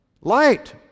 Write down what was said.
Light